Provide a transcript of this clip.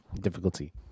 difficulty